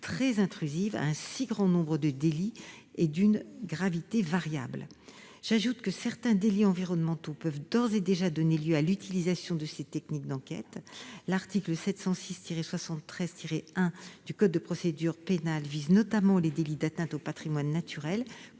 très intrusives à des délits aussi nombreux et d'une gravité variable. J'ajoute que certains délits environnementaux peuvent déjà donner lieu à l'utilisation de ces techniques d'enquête. En effet, l'article 706-73-1 du code de procédure pénale vise notamment les délits d'atteinte au patrimoine naturel